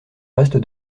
reste